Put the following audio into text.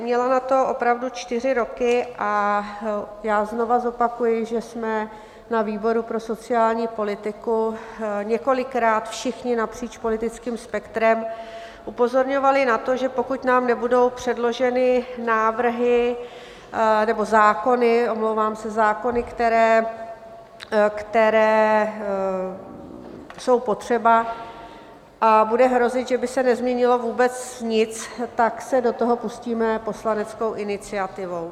Měla na to opravdu čtyři roky a já znova zopakuji, že jsme na výboru pro sociální politiku několikrát všichni napříč politickým spektrem upozorňovali na to, že pokud nám nebudou předloženy zákony, které jsou potřeba, a bude hrozit, že by se nezměnilo vůbec nic, tak se do toho pustíme poslaneckou iniciativou.